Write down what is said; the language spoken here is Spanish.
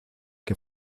que